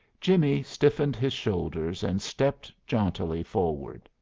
jimmie stiffened his shoulders and stepped jauntily forward.